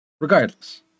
Regardless